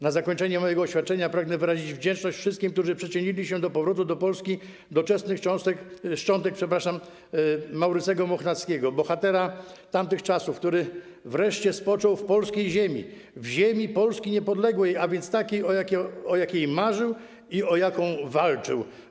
Na zakończenie mojego oświadczenia pragnę wyrazić wdzięczność wszystkim, którzy przyczynili się do powrotu do Polski doczesnych szczątków Maurycego Mochnackiego, bohatera tamtych czasów, który wreszcie spoczął w polskiej ziemi, w ziemi Polski niepodległej, a więc takiej, o jakiej marzył i o jaką walczył.